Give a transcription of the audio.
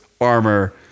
armor